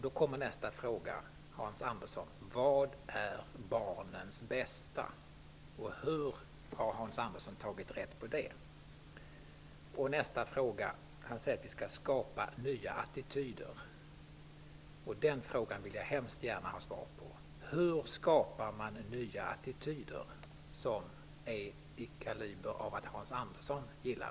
Då kommer min nästa fråga: Vad är barnens bästa och hur har Hans Andersson tagit rätt på det? Hans Andersson sade att vi skall skapa nya attityder. Jag vill hemst gärna ha svar på frågan: Hur skapar man nya attityder av den kaliber som Hans Andersson gillar?